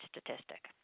statistic